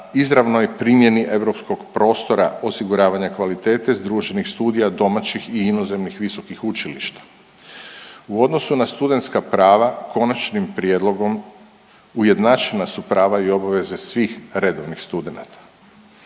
izravnoj primjeni europskog prostora osiguravanja kvalitete združenih studija domaćih i inozemnih visokih učilišta. U odnosu na studentska prava konačnim prijedlogom ujednačena su prava i obaveze svih redovnih studenata.